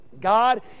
God